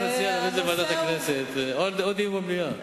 אני מציע להביא את זה לוועדת הכנסת או לדיון במליאה.